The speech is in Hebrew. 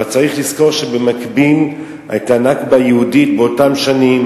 אבל צריך לזכור שבמקביל היתה "נכבה" יהודית באותן שנים,